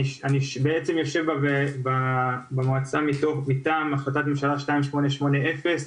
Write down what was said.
אז אני בעצם יושב במועצה הזו מטעם החלטת ממשלה שמספרה 2880,